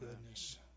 goodness